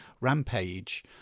Rampage